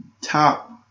top